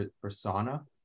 persona